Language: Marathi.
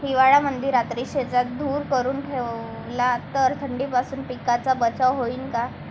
हिवाळ्यामंदी रात्री शेतात धुर करून ठेवला तर थंडीपासून पिकाचा बचाव होईन का?